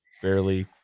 fairly